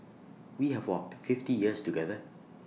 we have walked fifty years together